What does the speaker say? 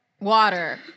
Water